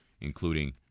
including